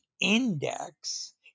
index